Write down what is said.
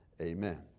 Amen